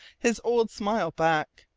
his old smile back,